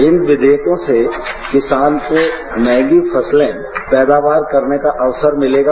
इन विधेयकों से किसान को मंहगी फसले पैदावार करने का अवसर मिलेगा